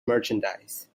merchandise